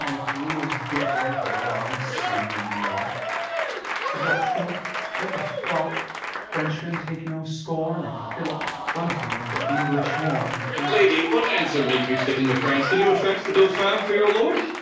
if lewis get her, well, i say no more but let but the frolic frenchman take no scorn, if philip front him with an english horn. lady, what answer make you to the king of france? can you affect the dauphin for your lord?